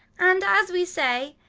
and as we say,